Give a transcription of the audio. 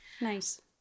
Nice